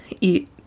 eat